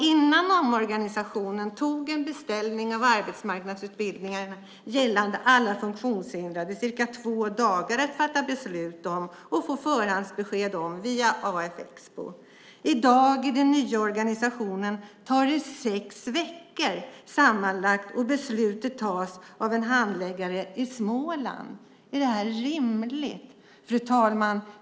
Innan omorganisationen tog en beställning av arbetsmarknadsutbildningar gällande alla funktionshindrade cirka två dagar att fatta beslut om och få förhandsbesked om via AF Expo. I dag i den nya organisationen tar det sex veckor sammanlagt, och beslutet tas av en handläggare i Småland. Är det rimligt? Fru talman!